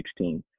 16